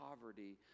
poverty